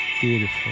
Beautiful